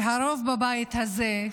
כנראה שהרוב בבית הזה,